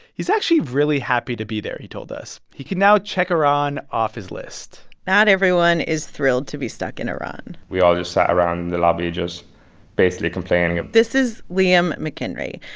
he's actually really happy to be there, he told us. he can now check iran off his list not everyone is thrilled to be stuck in iran we all just sat around in the lobby just basically complaining this is liam mceniry.